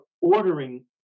ordering